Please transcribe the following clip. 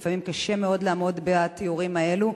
לפעמים קשה מאוד לעמוד בתיאורים האלו,